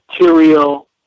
material